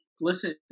Listen